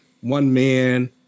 one-man